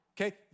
okay